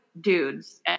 dudes